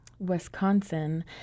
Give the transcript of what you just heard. wisconsin